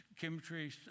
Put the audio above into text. chemistry